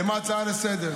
למה הצעה לסדר-היום?